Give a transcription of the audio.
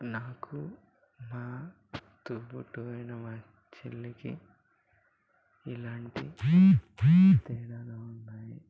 నాకు మా తోబుట్టువైన మా చెల్లికి ఇలాంటి తేడాలు ఉన్నాయి